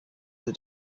the